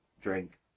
drink